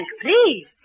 please